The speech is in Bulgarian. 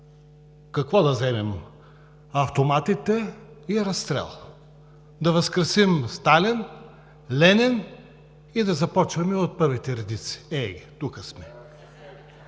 Какво, да вземем автоматите и разстрел, да възкресим Сталин, Ленин и да започваме от първите редици: ей, тука сме!